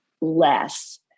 less